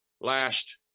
last